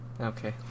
Okay